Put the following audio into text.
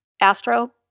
Astro